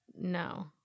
no